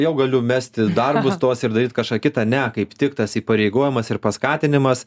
jau galiu mesti darbus tuos ir daryt kažką kitą ne kaip tik tas įpareigojimas ir paskatinimas